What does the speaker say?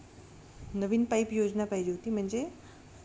नवीन pipe योजना पाहिजे होती म्हणजे